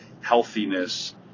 healthiness